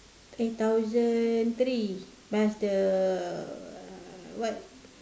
eh thousand three plus the uh what